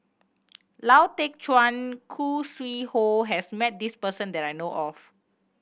Lau Teng Chuan Khoo Sui Hoe has met this person that I know of